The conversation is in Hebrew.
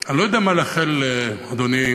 אני לא יודע מה לאחל, אדוני,